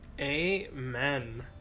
amen